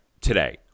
Today